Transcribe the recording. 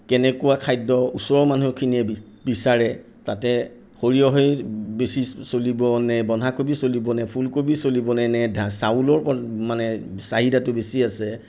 কেনেকুৱা খাদ্য ওচৰৰ মানুহখিনিয়ে বি বিচাৰে তাতে সৰিয়হেই বেছি চলিব নে বন্ধাকবি চলিব নে ফুলকবি চলিব নে নে চাউলৰ মানে চাহিদাটো বেছি আছে